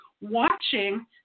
watching